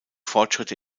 fortschritte